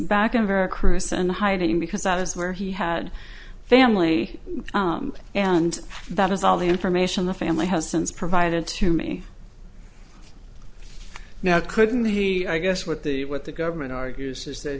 back in vera cruz and hiding because that is where he had family and that is all the information the family has since provided to me now couldn't the i guess what the what the government argues is that